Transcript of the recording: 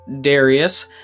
Darius